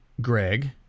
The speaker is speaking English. Greg